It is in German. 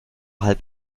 halb